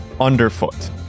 underfoot